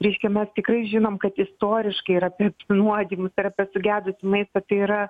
reiškia mes tikrai žinom kad istoriškai yra apie apsinuodyjimų tai yra per sugedusį maistą tai yra